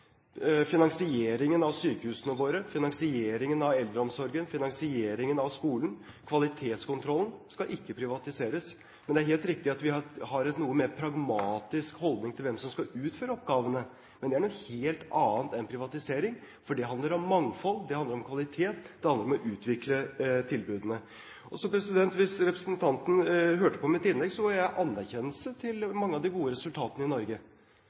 Finansieringen av sykehusene våre, finansieringen av eldreomsorgen, finansieringen av skolen og kvalitetskontrollen skal ikke privatiseres. Det er helt riktig at vi har en noe mer pragmatisk holdning til hvem som skal utføre oppgavene, men det er noe helt annet enn privatisering, for det handler om mangfold, det handler om kvalitet, og det handler om å utvikle tilbudene. Hvis representanten hadde hørt på mitt innlegg, ga jeg anerkjennelse til mange av de gode resultatene i Norge.